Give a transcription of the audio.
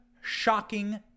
shocking